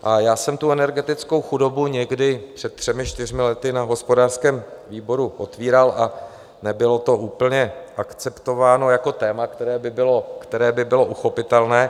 A já jsem energetickou chudobu někdy před třemi čtyřmi lety na hospodářském výboru otvíral a nebylo to úplně akceptováno jako téma, které by bylo uchopitelné.